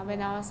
!wah!